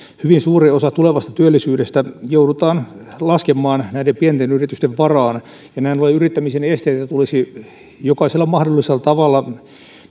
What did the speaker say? hyvin suuri osa tulevasta työllisyydestä joudutaan laskemaan näiden pienten yritysten varaan näin ollen yrittämisen esteitä tulisi jokaisella mahdollisella tavalla